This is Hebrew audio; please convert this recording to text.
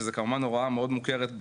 שזה כמובן הוראה מאוד מוכרת,